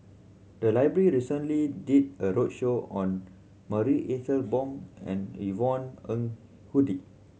the library recently did a roadshow on Marie Ethel Bong and Yvonne Ng Uhde